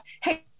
Hey